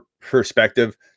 perspective